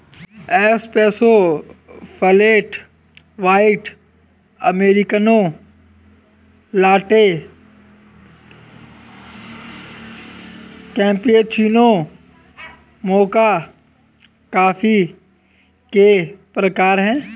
espresso, flat white, americano, latte, cappuccino, mocha coffee के प्रकार हैं